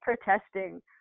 protesting